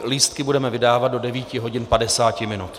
Lístky budeme vydávat do 9 hodin 50 minut.